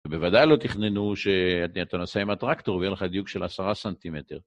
ובוודאי לא תכננו שאתה ננסה עם הטרקטור והיה לך דיוק של עשרה סנטימטר.